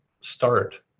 start